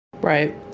Right